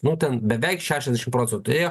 nu ten beveik šešiasdešimt procentų ėjo